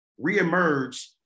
reemerge